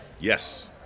Yes